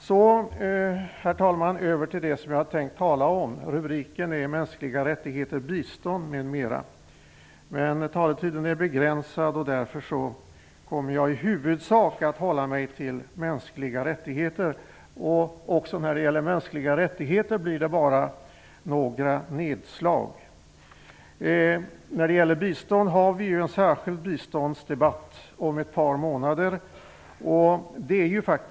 Så, herr talman, över till det som jag har tänkt tala om och som har rubriken Mänskliga rättigheter, bistånd m.m. Eftersom taletiden är begränsad kommer jag i huvudsak att hålla mig till mänskliga rättigheter. Även när det gäller de mänskliga rättigheterna kommer det att bli bara några nedslag. Vad gäller bistånd vill jag säga att vi ju kommer att få en särskild biståndsdebatt om ett par månader.